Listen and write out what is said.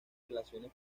relaciones